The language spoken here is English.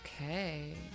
Okay